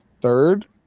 Third